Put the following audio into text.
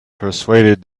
persuaded